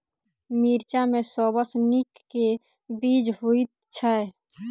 मिर्चा मे सबसँ नीक केँ बीज होइत छै?